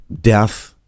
death